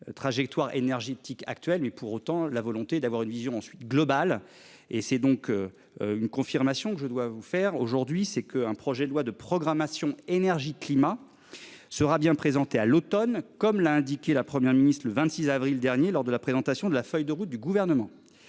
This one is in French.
Trajectoire énergétique actuelle. Mais pour autant, la volonté d'avoir une vision ensuite global et c'est donc. Une confirmation que je dois vous faire aujourd'hui c'est que un projet de loi de programmation énergie climat. Sera bien présenté à l'Automne comme l'a indiqué la Première ministre le 26 avril dernier lors de la présentation de la feuille de route du gouvernement